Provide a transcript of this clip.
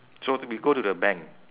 so to be go to the bank